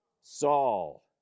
Saul